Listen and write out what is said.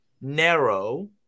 narrow